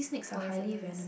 poisonous